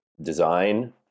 design